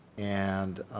and